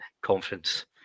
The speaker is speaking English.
conference